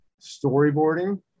storyboarding